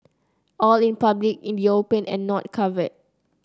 all in public in the open and not covered